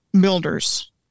builders